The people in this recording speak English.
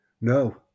No